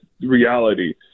reality